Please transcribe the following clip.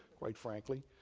quite frankly.